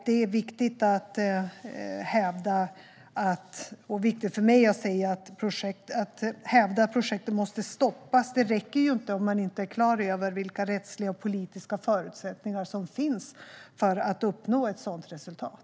Det är viktigt för mig att säga att det inte räcker med att hävda att projektet måste stoppas om man inte är klar över vilka rättsliga och politiska förutsättningar som finns för att uppnå ett sådant resultat.